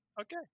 Okay